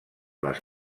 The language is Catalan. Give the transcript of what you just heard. les